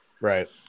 Right